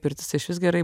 pirtis tai išvis gerai